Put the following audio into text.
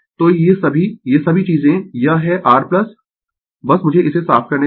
तो ये सभी ये सभी चीजें यह है r बस मुझे इसे साफ करने दें